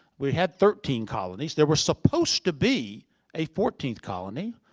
we had thirteen colonies. there was supposed to be a fourteenth colony.